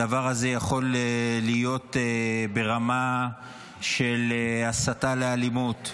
הדבר הזה יכול להיות ברמה של הסתה לאלימות,